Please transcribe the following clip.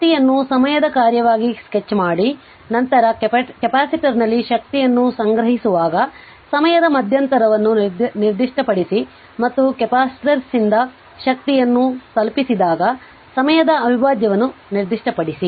ಶಕ್ತಿಯನ್ನು ಸಮಯದ ಕಾರ್ಯವಾಗಿ ಸ್ಕೆಚ್ ಮಾಡಿ ನಂತರ ಕೆಪಾಸಿಟರ್ನಲ್ಲಿ ಶಕ್ತಿಯನ್ನು ಸಂಗ್ರಹಿಸುವಾಗ ಸಮಯದ ಮಧ್ಯಂತರವನ್ನು ನಿರ್ದಿಷ್ಟಪಡಿಸಿ ಮತ್ತು ಕೆಪಾಸಿಟರ್ನಿಂದ ಶಕ್ತಿಯನ್ನು ತಲುಪಿಸಿದಾಗ ಸಮಯದ ಅವಿಭಾಜ್ಯವನ್ನು ನಿರ್ದಿಷ್ಟಪಡಿಸಿ